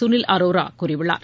Sunil அரோராகூறியுள்ளார்